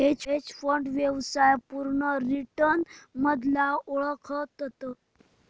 hedge fund व्यवसायाक पुर्ण return मधना ओळखतत